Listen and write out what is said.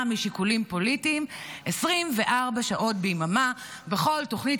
משיקולים פוליטיים 24 שעות ביממה בכל תוכנית.